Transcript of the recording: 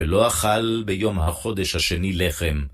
ולא אכל ביום החודש השני לחם.